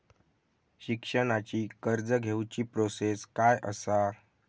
शिक्षणाची कर्ज घेऊची प्रोसेस काय असा?